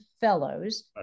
fellows